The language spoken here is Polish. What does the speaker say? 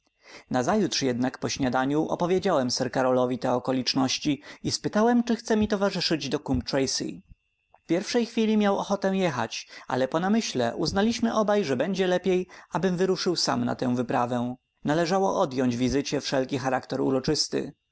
nocy nazajutrz jednak przy śniadaniu opowiedziałem sir karolowi te okoliczności i spytałem czy chce mi towarzyszyć do coombe tracey w pierwszej chwili miał ochotę jechać ale po namyśle uznaliśmy obaj że będzie lepiej abym wyruszył sam na tę wyprawę należało odjąć wizycie wszelki charakter uroczysty